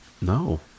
No